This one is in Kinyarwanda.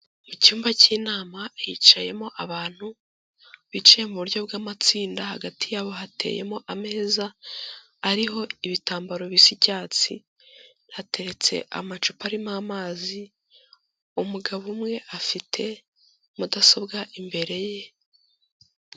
Icyumba cy'inama hicayemo abantu bicaye mu buryo bw'amatsinda, hagati yabo hateyemo ameza ariho ibitambaro bisa icyatsi, hateretse amacupa arimo amazi, umugabo umwe afite mudasobwa imbere ye.